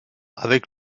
avec